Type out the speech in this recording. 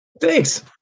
thanks